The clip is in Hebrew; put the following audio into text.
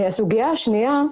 הסוגיה השנייה,